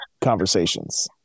conversations